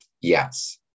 Yes